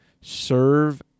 serve